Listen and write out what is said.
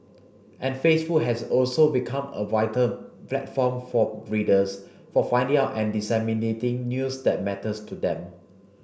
and Facebook has also become a vital platform for readers for finding out and disseminating news that matters to them